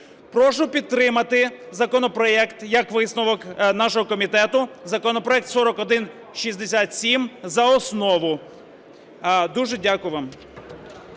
Прошу підтримати законопроект як висновок нашого комітету, законопроект 4167, за основу. Дуже дякую вам.